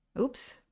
Oops